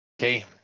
okay